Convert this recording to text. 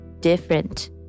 different